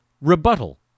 rebuttal